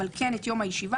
אבל כן את יום הישיבה.